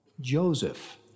Joseph